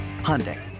Hyundai